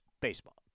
baseball